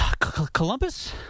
Columbus